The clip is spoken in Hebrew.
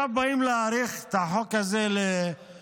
ועכשיו באים להאריך את החוק הזה לעוד